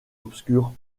obscure